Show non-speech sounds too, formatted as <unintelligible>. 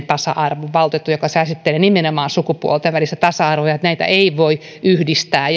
<unintelligible> tasa arvovaltuutetun joka käsittelee nimenomaan sukupuolten välistä tasa arvoa että näitä ei voi yhdistää <unintelligible>